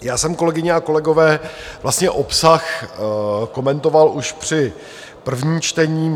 Já jsem, kolegyně a kolegové, vlastně obsah komentoval už při prvním čtení.